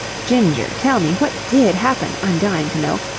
ginger, tell me, what did happen? i'm dying to know.